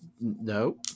No